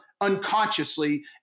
unconsciously